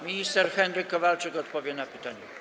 Minister Henryk Kowalczyk odpowie na to pytanie.